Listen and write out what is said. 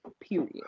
period